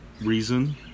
reason